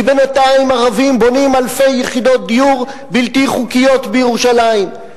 כי בינתיים ערבים בונים אלפי יחידות דיור בלתי חוקיות בירושלים,